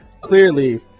clearly